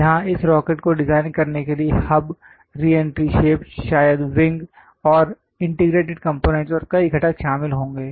यहां इस रॉकेट को डिजाइन करने के लिए हब री एंट्री शेप शायद विंग और एइंटीग्रेटेड कंपोनेंट्स और कई घटक शामिल होंगे